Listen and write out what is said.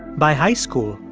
by high school,